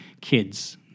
kids